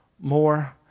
more